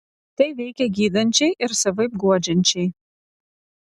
tai veikia gydančiai ir savaip guodžiančiai